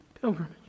pilgrimage